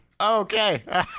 okay